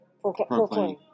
Proclaim